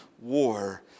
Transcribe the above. war